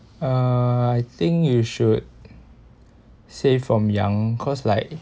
uh I think you should save from young cause like